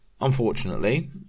Unfortunately